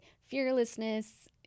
fearlessness